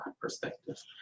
perspective